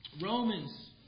Romans